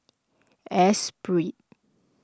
Espirit